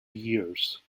years